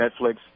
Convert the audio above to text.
Netflix